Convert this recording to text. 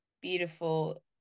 beautiful